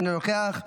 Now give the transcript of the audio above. אינו נוכח,